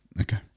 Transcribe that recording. Okay